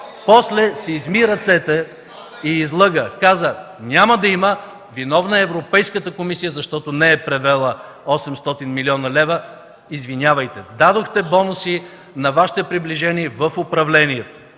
после си изми ръцете и излъга, каза: „Няма да има, виновна е Европейската комисия, защото не е превела 800 млн. лв.!” Извинявайте, дадохте бонуси на Вашите приближени в управлението